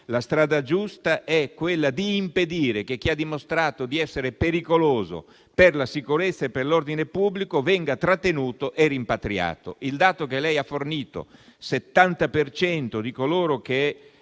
La strada giusta è quella di fare in modo che chi ha dimostrato di essere pericoloso per la sicurezza e per l'ordine pubblico venga trattenuto e rimpatriato. Il dato che lei ha fornito, in base